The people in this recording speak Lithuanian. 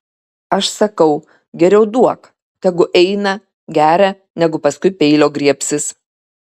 aš sakau geriau duok tegu eina geria negu paskui peilio griebsis